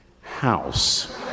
house